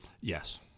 Yes